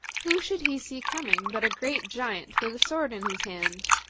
who should he see coming but a great giant with a sword in his hand?